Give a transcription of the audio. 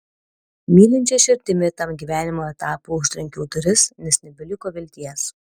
mylinčia širdimi tam gyvenimo etapui užtrenkiau duris nes nebeliko vilties